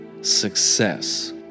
success